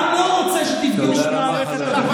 העם לא רוצה שתפגעו בצה"ל.